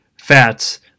fats